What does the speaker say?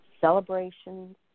celebrations